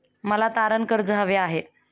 मला तारण कर्ज हवे आहे